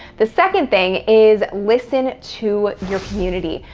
the second thing is listen to your community.